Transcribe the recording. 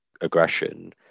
aggression